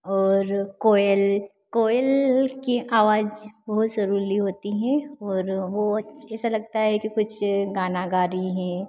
और कोयल कोयल की आवाज़ बहुत सुरीली होती है और वह ऐसा लगता है कि कुछ गाना गा रही है